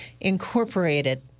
Incorporated